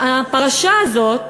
הפרשה הזאת,